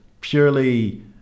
Purely